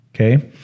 okay